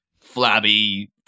flabby